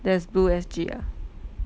there's blue S_G ah